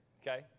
okay